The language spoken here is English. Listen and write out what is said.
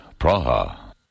Praha